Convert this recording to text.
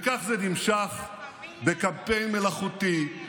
וכך זה נמשך בקמפיין מלאכותי,